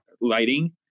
lighting